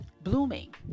blooming